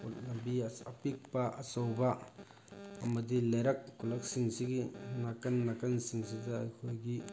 ꯑꯈꯣꯏ ꯂꯝꯕꯤ ꯑꯄꯤꯛꯄ ꯑꯆꯧꯕ ꯑꯃꯗꯤ ꯂꯩꯔꯛ ꯈꯨꯂꯛꯁꯤꯡꯁꯤꯒꯤ ꯅꯥꯀꯟ ꯅꯥꯀꯟꯁꯤꯡꯁꯤꯗ ꯑꯩꯈꯣꯏꯒꯤ